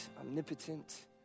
omnipotent